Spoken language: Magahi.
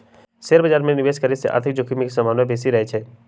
शेयर बाजार में निवेश करे से आर्थिक जोखिम के संभावना बेशि रहइ छै